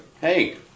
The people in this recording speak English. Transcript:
Hey